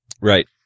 Right